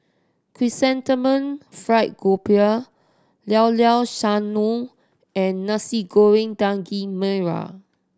Chrysanthemum Fried Grouper Llao Llao Sanum and Nasi Goreng Daging Merah